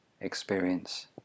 experience